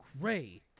gray